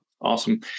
awesome